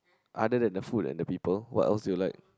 other than the food and the people what else do you like